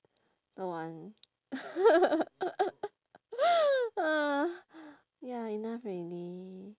don't want ya enough already